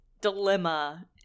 dilemma